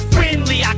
Friendly